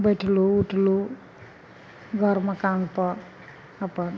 बैठलहुँ उठलहुँ घर मकानपर अपन